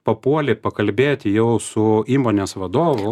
papuoli pakalbėti jau su įmonės vadovu